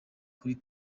kuri